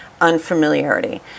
unfamiliarity